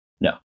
No